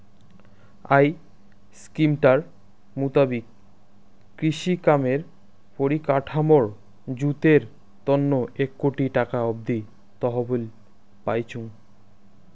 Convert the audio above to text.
I স্কিমটার মুতাবিক কৃষিকামের পরিকাঠামর জুতের তন্ন এক কোটি টাকা অব্দি তহবিল পাইচুঙ